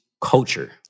culture